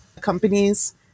companies